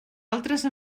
altres